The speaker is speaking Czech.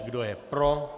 Kdo je pro?